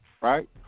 right